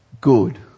good